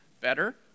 better